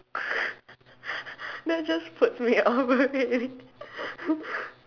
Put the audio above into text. that just put me off okay